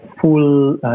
full